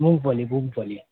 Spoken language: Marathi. मुंगफली मुंगफली